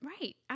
Right